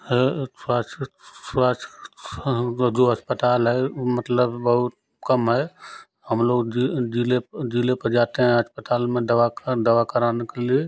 जो अस्पताल हैं वो मतलब बहुत कम है हम लोग जिले को जाते हैं अस्पताल मे दवा कराने के लिए